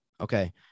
Okay